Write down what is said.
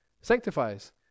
sanctifies